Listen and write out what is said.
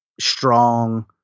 strong